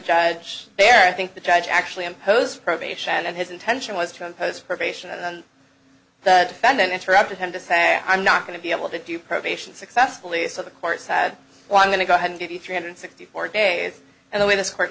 judge perry think the judge actually imposed probation and his intention was to impose probation and then the defendant interrupted him to say i'm not going to be able to do probation successfully so the court's had well i'm going to go ahead and give you three hundred sixty four days and the way this court